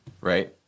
right